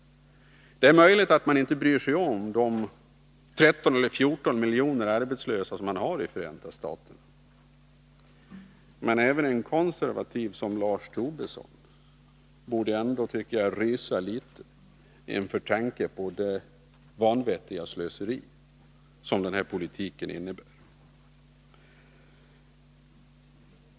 Det är möjligt att man inte bryr sig om de 13 eller 14 miljoner arbetslösa som man har i Förenta staterna. Men även en konservativ som Lars Tobisson borde ändå rysa litet, tycker jag, inför tanken på det vanvettiga slöseri som denna politik innebär.